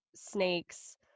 snakes